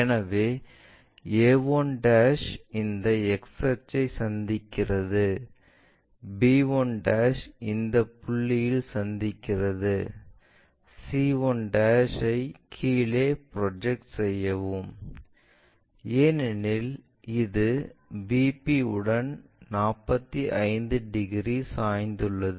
எனவே a1 இந்த x அச்சைச் சந்திக்கிறது b1 இந்தப் புள்ளியில் சந்திக்கிறது இந்த c1 ஐ கீழே ப்ரொஜெக்ட் செய்யவும் ஏனெனில் இது VP உடன் 45 டிகிரி சாய்ந்துள்ளது